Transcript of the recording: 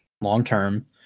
long-term